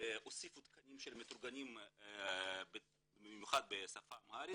הוסיפו תקנים של מתורגמנים במיוחד בשפה האמהרית,